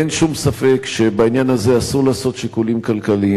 אין שום ספק שבעניין הזה אסור לעשות שיקולים כלכליים,